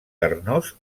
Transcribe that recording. carnós